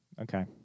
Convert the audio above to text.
okay